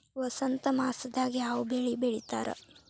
ವಸಂತ ಮಾಸದಾಗ್ ಯಾವ ಬೆಳಿ ಬೆಳಿತಾರ?